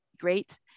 great